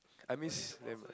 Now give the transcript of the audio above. I miss them